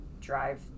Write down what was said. drive